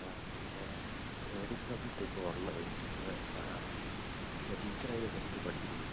ആ പിന്നേ ഏതൊക്കെ സബ്ജെക്റ്റാണ് ഇപ്പോള് ഉള്ളത് നിങ്ങള് ആ ഇല്ല ടീച്ചറേത് സബ്ജക്റ്റാണു പഠിപ്പിക്കുന്നത്